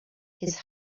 his